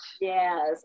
Yes